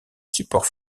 support